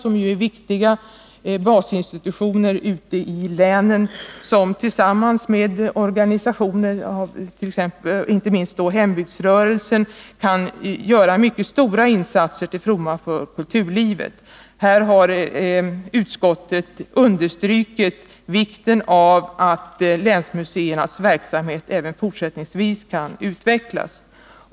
De är viktiga basinstitutioner i länen och kan tillsammans med organisationer, inte minst hembygdsrörelsen, göra mycket stora insatser till fromma för kulturlivet. Utskottet har understrukit vikten av att länsmuseernas verksamhet utvecklas även fortsättningsvis.